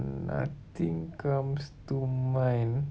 mm nothing comes to mind